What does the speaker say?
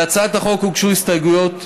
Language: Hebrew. להצעת החוק הוגשו הסתייגויות.